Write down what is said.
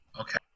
okay